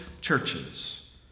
churches